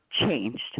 changed